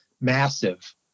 massive